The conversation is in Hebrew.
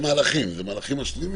אלה מהלכים משלימים.